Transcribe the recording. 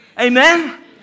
Amen